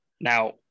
Now